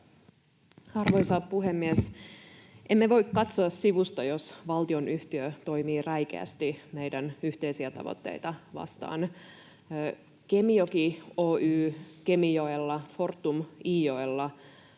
Arvoisa puhemies! Emme voi katsoa sivusta, jos valtionyhtiö toimii räikeästi meidän yhteisiä tavoitteitamme vastaan. Kemijoki Oy Kemijoella, Fortum Iijoella